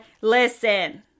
listen